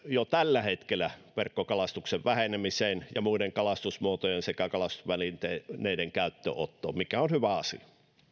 jo tällä hetkellä esimerkiksi verkkokalastuksen vähenemiseen ja muiden kalastusmuotojen sekä kalastusvälineiden käyttöönottoon mikä on hyvä asia